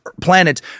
planet